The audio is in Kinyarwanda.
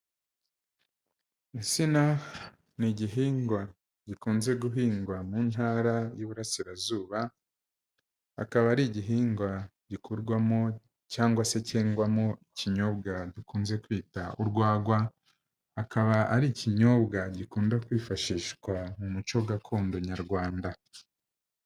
Insina ni igihingwa gikunze guhingwa mu ntara y'iburasirazu, akaba ari igihingwa gikorwamo cyangwa se cyengwamo ikinyobwa dukunze kwita urwagwa, akaba ari ikinyobwa gikunda kwifashishwa mu muco gakondo Nyarwanda.